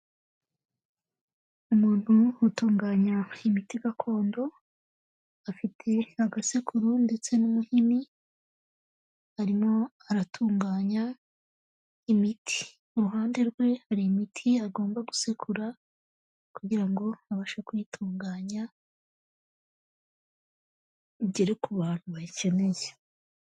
Umuntu utunganya imiti gakondo, afite agasekuru ndetse n'umuhini, arimo aratunganya imiti, ku muhande rwe hari imiti agomba gusekura kugira ngo abashe kuyitunganya, igere ku bantu bayikeneye.